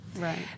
Right